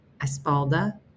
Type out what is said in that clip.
Espalda